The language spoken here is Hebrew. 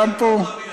היא לא אמרה מילה.